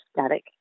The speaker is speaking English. static